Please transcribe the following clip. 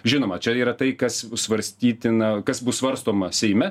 žinoma čia yra tai kas svarstytina kas bus svarstoma seime